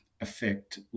affect